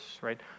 right